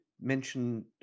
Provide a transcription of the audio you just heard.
mention